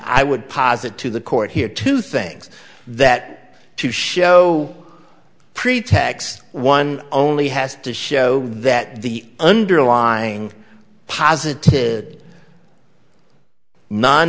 i would posit to the court here two things that to show pretax one only has to show that the underlying positive